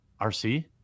RC